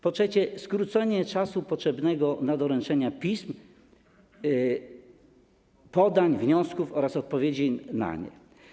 Po trzecie, skróci się czas potrzebny na doręczenie pism, podań, wniosków oraz odpowiedzi na nie.